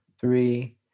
three